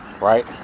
right